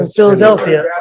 Philadelphia